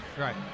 right